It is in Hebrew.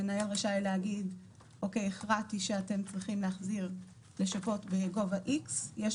המנהל רשאי להגיד "אוקיי הכרעתי שאתם צריכים לשפות ולהחזיר בגובה X ויש